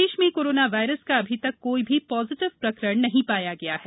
प्रदेश में corona virus का अभी तक कोई भी पॉजीटिव प्रकरण नहीं पाया गया है